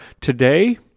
today